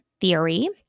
theory